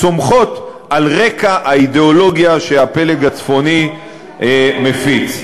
צומחות על רקע האידיאולוגיה שהפלג הצפוני מפיץ.